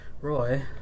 Roy